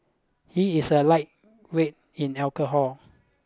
he is a lightweight in alcohol